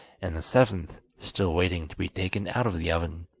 and the seventh still waiting to be taken out of the oven.